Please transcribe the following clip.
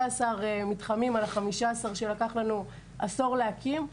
מתחמים על ה-15 שלקח לנו עשור להקים,